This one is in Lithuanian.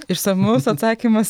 išsamus atsakymas